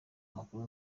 makuru